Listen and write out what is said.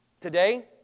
Today